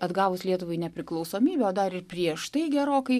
atgavus lietuvai nepriklausomybę o dar ir prieš tai gerokai